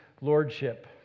lordship